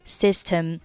system